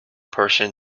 person